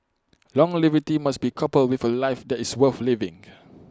longevity must be coupled with A life that is worth living